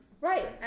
Right